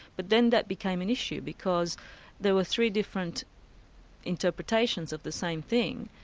but then that became an issue because there were three different interpretations of the same thing,